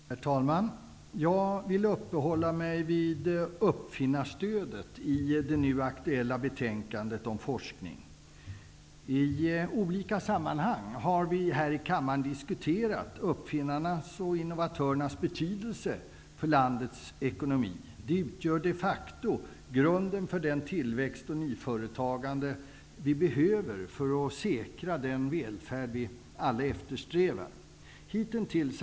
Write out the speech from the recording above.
Herr talman! Jag vill uppehålla mig vid uppfinnarstödet i det nu aktuella betänkandet om forskning. I olika sammanhang har vi här i kammaren diskuterat uppfinnarnas och innovatörernas betydelse för landets ekonomi. De utgör de facto grunden för den tillväxt och det nyföretagande vi behöver för att säkra den välfärd vi alla eftersträvar. Herr talman!